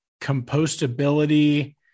compostability